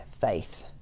faith